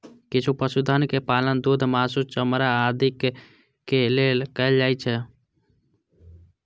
किछु पशुधन के पालन दूध, मासु, चमड़ा आदिक लेल कैल जाइ छै